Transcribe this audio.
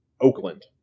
Oakland